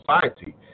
society